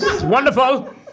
wonderful